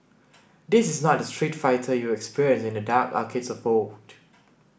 this is not the Street Fighter you experienced in the dark arcades of old